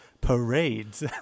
Parades